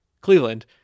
Cleveland